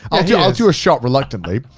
i'll yeah i'll do a shot reluctantly.